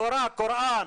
תורה, קוראן,